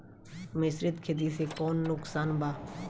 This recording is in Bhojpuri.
मिश्रित खेती से कौनो नुकसान बा?